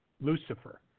Lucifer